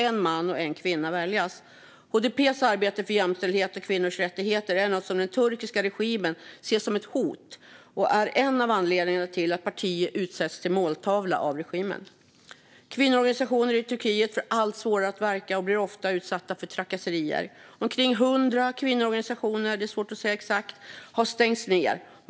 en man och en kvinna måste väljas till alla ledande positioner. HDP:s arbete för jämställdhet och kvinnors rättigheter ses av den turkiska regimen som ett hot och är en av anledningarna till att partiet har utsetts till måltavla av regimen. Kvinnoorganisationer i Turkiet får allt svårare att verka och blir ofta utsatta för trakasserier. Omkring hundra kvinnoorganisationer, det är svårt att säga exakt, har stängts ned.